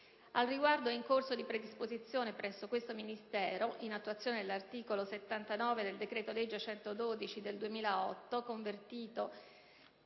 Al riguardo è in corso di predisposizione presso questo Ministero, in attuazione dell'articolo 79 del decreto-legge n. 112 del 25